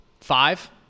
Five